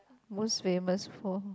most famous food